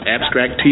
Abstract